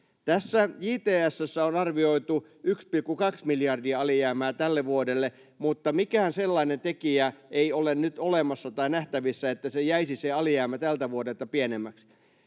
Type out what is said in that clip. tässä JTS:ssä on arvioitu 1,2 miljardia alijäämää tälle vuodelle, mutta mitään sellaista tekijää ei ole nyt olemassa tai nähtävissä, että se alijäämä jäisi tältä vuodelta pienemmäksi